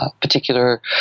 particular